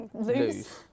lose